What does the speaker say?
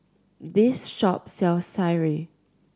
this shop sells sireh